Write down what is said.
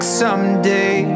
someday